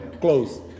Close